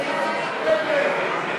ההסתייגויות לסעיף 10,